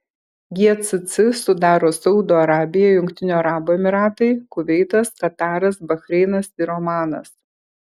gcc sudaro saudo arabija jungtinių arabų emyratai kuveitas kataras bahreinas ir omanas